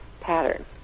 pattern